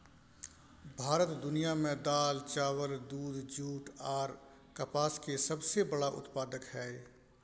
भारत दुनिया में दाल, चावल, दूध, जूट आर कपास के सबसे बड़ा उत्पादक हय